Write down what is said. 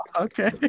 Okay